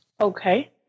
Okay